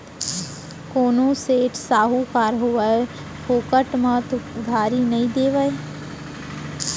कोनो सेठ, साहूकार होवय फोकट म तो उधारी नइ देवय